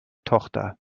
tochter